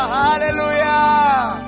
hallelujah